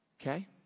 Okay